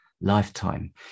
lifetime